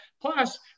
Plus